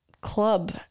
club